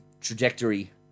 trajectory